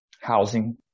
housing